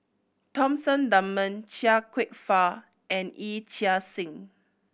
Thomas Dunman Chia Kwek Fah and Yee Chia Hsing